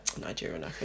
Nigerian